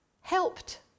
helped